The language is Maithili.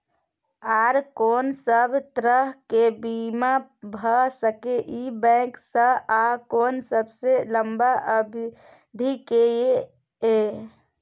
आर कोन सब तरह के बीमा भ सके इ बैंक स आ कोन सबसे लंबा अवधि के ये?